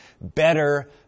better